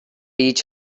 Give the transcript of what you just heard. each